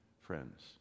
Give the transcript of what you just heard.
friends